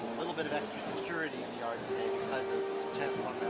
a little bit of extra security in the yard today because of chancellor